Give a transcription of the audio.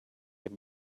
can